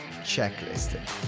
checklist